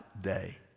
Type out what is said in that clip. day